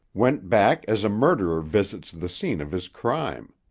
went back as a murderer visits the scene of his crime.